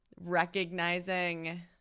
recognizing